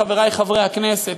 חברי חברי הכנסת,